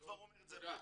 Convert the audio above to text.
אני כבר אומר את זה פה.